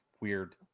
weird